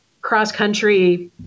cross-country